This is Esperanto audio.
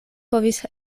povis